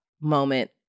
moment